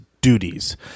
duties